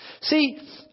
See